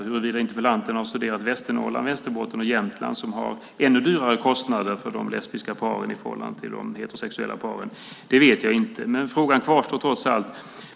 Huruvida interpellanten har studerat Västernorrland, Västerbotten och Jämtland, som har ännu högre kostnader för de lesbiska paren i förhållande till de heterosexuella paren vet jag inte. Frågan kvarstår trots allt.